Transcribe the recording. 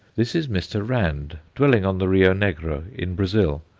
this is mr. rand, dwelling on the rio negro, in brazil,